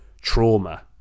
trauma